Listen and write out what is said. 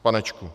Panečku.